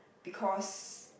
because